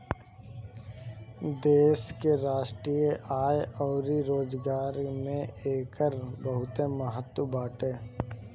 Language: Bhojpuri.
देश के राष्ट्रीय आय अउरी रोजगार में एकर बहुते महत्व बाटे